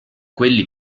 quelli